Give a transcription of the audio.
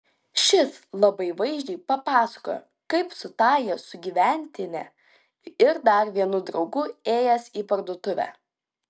šis labai vaizdžiai papasakojo kaip su tąja sugyventine ir dar vienu draugu ėjęs į parduotuvę